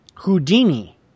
Houdini